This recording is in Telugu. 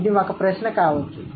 ఇది ఒక ప్రశ్న కావచ్చు